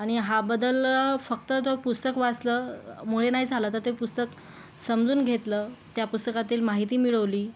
आणि हा बदल फक्त तो पुस्तक वाचल्यामुळे नाही झाला तर ते पुस्तक समजून घेतलं त्या पुस्तकातील माहिती मिळवली